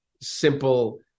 simple